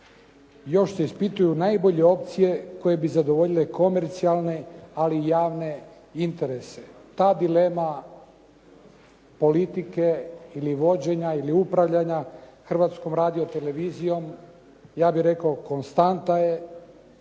još se ispituju najbolje opcije koje bi zadovoljile komercijalne, ali i javne interese. Ta dilema politike ili vođenja ili upravljanja Hrvatskom radiotelevizijom ja bih rekao konstantna je,